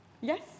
yes